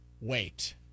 wait